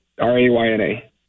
R-A-Y-N-A